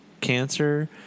cancer